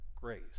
grace